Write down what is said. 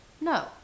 No